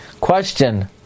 Question